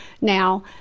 now